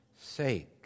sake